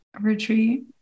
retreat